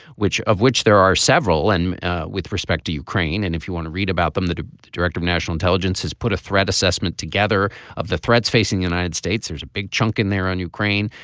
which of which there are several. and with respect to ukraine and if you want to read about them the director of national intelligence has put a threat assessment together of the threats facing united states there's a big chunk in there on ukraine.